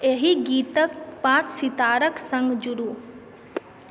एहि गीतक पाँच सितारक सँग जुड़ू